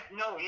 no